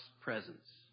presence